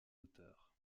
auteurs